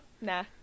Nah